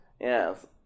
Yes